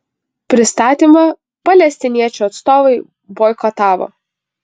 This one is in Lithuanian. pristatymą palestiniečių atstovai boikotavo